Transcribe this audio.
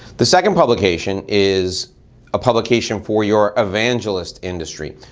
the second publication is a publication for your evangelist industry.